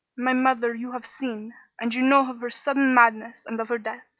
my mother you have seen, and you know of her sudden madness and of her death.